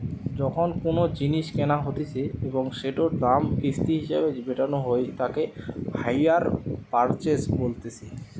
যখন কোনো জিনিস কেনা হতিছে এবং সেটোর দাম কিস্তি হিসেবে মেটানো হই তাকে হাইয়ার পারচেস বলতিছে